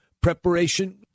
preparation